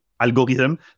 algorithm